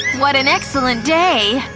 what an excellent day